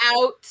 out